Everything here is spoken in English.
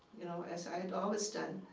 you know as i'd always done.